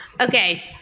Okay